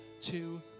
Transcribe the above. two